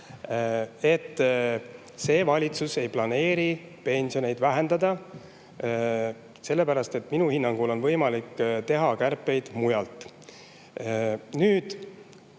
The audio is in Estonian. –, et valitsus ei planeeri pensione vähendada. Ka minu hinnangul on võimalik teha kärpeid mujalt. Nüüd